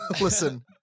listen